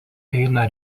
eina